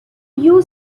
you